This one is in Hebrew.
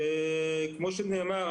כמו שנאמר,